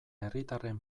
herritarren